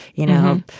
you know,